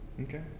Okay